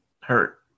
hurt